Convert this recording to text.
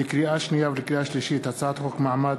לקריאה שנייה ולקריאה שלישית: הצעת חוק מעמד